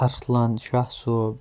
Arsalan Shah Sahib